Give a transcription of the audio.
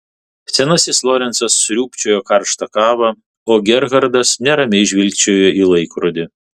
senasis lorencas sriūbčiojo karštą kavą o gerhardas neramiai žvilgčiojo į laikrodį